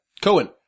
Cohen